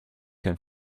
can